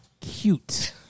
cute